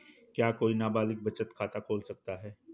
क्या कोई नाबालिग बचत खाता खोल सकता है?